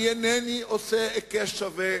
אינני עושה היקש שווה